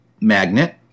magnet